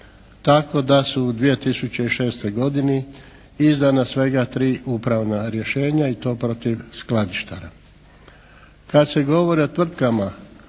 tako da su u 2006. godini izdana svega 3 upravna rješenja i to protiv skladištara. Kad se govori o tvrtkama